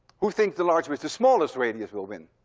who thinks the large with the smallest radius will win?